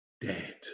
Dead